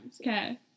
Okay